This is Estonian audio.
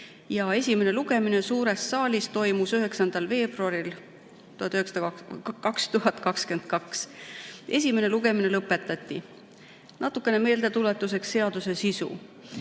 ja esimene lugemine suures saalis toimus 9. veebruaril 2022. Esimene lugemine lõpetati. Natukene meeldetuletuseks seaduse sisust.